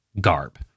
garb